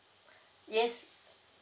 yes